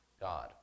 God